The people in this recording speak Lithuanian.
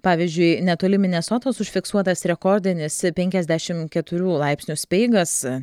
pavyzdžiui netoli minesotos užfiksuotas rekordinis penkiasdešim keturių laipsnių speigas